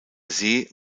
see